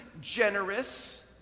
generous